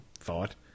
thought